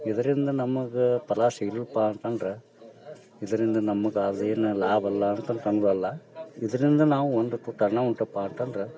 ಇದರಿಂದ ನಮಗೆ ಫಲ ಸಿಗ್ಬೇಕ್ಪ ಅಂತಂದ್ರೆ ಇದರಿಂದ ನಮಗೆ ಅದೇನು ಲಾಭ ಅಲ್ಲ ಅಂತಂದು ಅಂದರಲ್ಲ ಇದರಿಂದ ನಾವು ಒಂದು ತುತ್ತು ಅನ್ನ ಉಂಡರಪ್ಪ ಅಂತಂದ್ರೆ